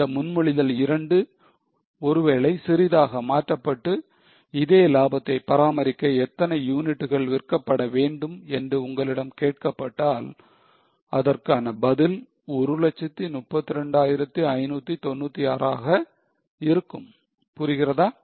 இந்த முன்மொழிதல் 2 ஒருவேளை சிறிதாக மாற்றப்பட்டு இதே லாபத்தை பராமரிக்க எத்தனை யூனிட்டுகள் விற்கப்பட வேண்டும் என்று உங்களிடம் கேட்கப்பட்டால் அதற்கான பதில் 132596 ஆக இருக்கும் புரிகிறதா